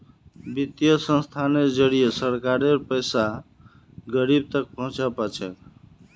वित्तीय संस्थानेर जरिए सरकारेर पैसा गरीब तक पहुंच पा छेक